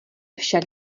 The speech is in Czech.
však